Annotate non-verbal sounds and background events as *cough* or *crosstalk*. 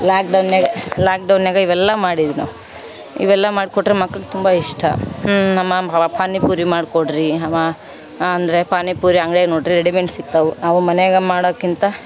lock ಡೌನ್ಯಾಗ ಲಾಕ್ ಡೌನ್ಯಾಗ ಇವೆಲ್ಲ ಮಾಡಿದೆ ನಾವು ಇವೆಲ್ಲ ಮಾಡ್ಕೊಟ್ರೆ ಮಕ್ಳಿಗೆ ತುಂಬ ಇಷ್ಟ ನಮ್ಮಮ್ಮ *unintelligible* ಪಾನಿ ಪುರಿ ಮಾಡ್ಕೋಡ್ರಿ ಅಮ್ಮ ಅಂದರೆ ಪಾನಿಪುರಿ ಅಂಗಡ್ಯಾಗೆ ನೋಡಿರಿ ರೆಡಿ ಮೆಂಟ್ ಸಿಗ್ತಾವೆ ಅವು ಮನೆಯಾಗ ಮಾಡೋದ್ಕಿಂತ